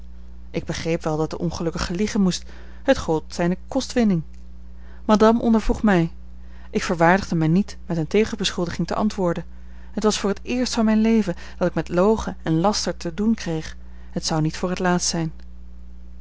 ik begreep wel dat de ongelukkige liegen moest het gold zijne kostwinning madame ondervroeg mij ik verwaardigde mij niet met eene tegenbeschuldiging te antwoorden het was voor het eerst van mijn leven dat ik met logen en laster te doen kreeg het zou niet voor het laatst zijn